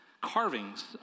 Carvings